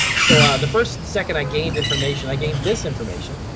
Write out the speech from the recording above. so the first and second i gained information, i gained this information,